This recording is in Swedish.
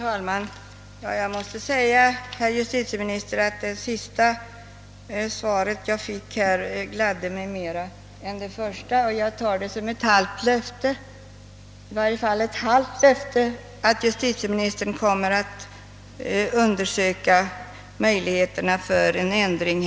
Herr talman! Jag måste säga, herr justitieminister, att det sista svaret jag fick gladde mig mer än det första. Jag tar detta senare svar i varje fall som ett halvt löfte om att justitieministern kommer att undersöka möjligheterna för en lagändring.